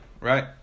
Right